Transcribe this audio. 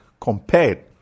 compared